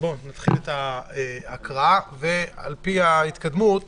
נתחיל את ההקראה ועל פי ההתקדמות